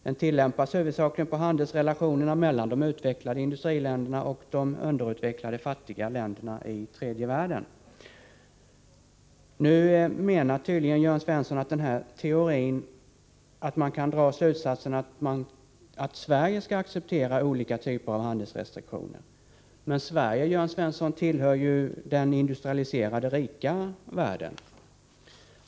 Den tillämpas huvudsakligen på handelsrelationerna mellan de utvecklade industriländerna och de underutvecklade fattiga länderna i tredje världen. Jörn Svensson menar tydligen att man enligt denna teori kan dra slutsatsen, att Sverige skall acceptera olika typer av handelsrestriktioner. Men Sverige, Jörn Svensson, tillhör ju den industrialiserade rika världen.